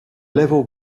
level